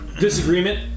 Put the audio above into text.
disagreement